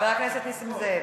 חבר הכנסת נסים זאב,